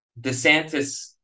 DeSantis